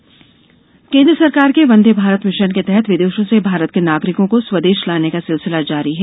वंदे Bharat mission केन्द्र सरकार के वंदे भारत मिशन के तहत विदेषों से भारत के नागरिकों को स्वदेष लाने का सिलसिला जारी है